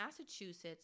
Massachusetts